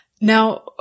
Now